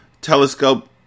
telescope